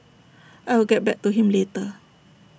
I will get back to him later